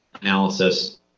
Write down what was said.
analysis